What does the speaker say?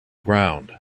ground